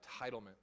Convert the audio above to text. entitlement